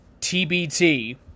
TBT